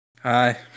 Hi